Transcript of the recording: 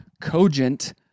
cogent